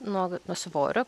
nuo nuo svorio